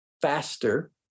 faster